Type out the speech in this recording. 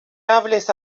hables